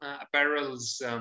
apparel's